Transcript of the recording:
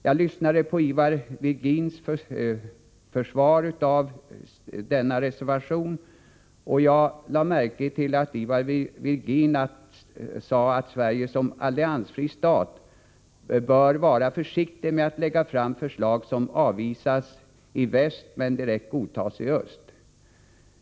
Jag lyssnade på Ivar Virgins försvar av denna reservation, och jag lade märke till att han sade att Sverige som alliansfri stat bör vara försiktig med att lägga fram förslag som avvisas i väst men direkt godtas i öst.